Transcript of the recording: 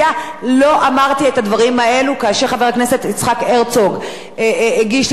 לא אמרתי את הדברים האלו כאשר חבר הכנסת יצחק הרצוג הגיש לי את הבקשה.